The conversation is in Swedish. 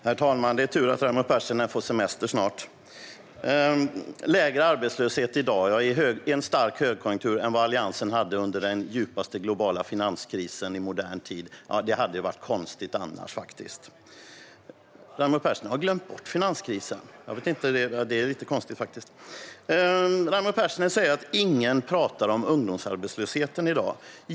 Herr talman! Det är tur att Raimo Pärssinen får semester snart. Vi har en arbetslöshet som är lägre i dag, i en stark högkonjunktur, än vad Alliansen hade under den djupaste globala finanskrisen i modern tid - det hade varit konstigt annars. Raimo Pärssinen har glömt bort finanskrisen. Det är lite konstigt. Raimo Pärssinen säger att ingen pratar om ungdomsarbetslösheten i dag.